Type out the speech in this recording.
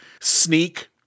sneak